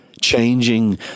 changing